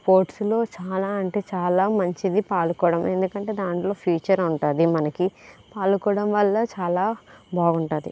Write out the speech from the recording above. sports లో చాలా అంటే చాలా మంచిది పాలుకోవడం ఎందుకంటే దాంట్లో ఫ్యూచర్ ఉంటుంది మనకు పాలుకోవడం వల్ల చాలా బాగుంటుంది